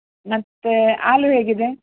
ಮತ್ತೆ ಆಲೂ ಹೇಗಿದೆ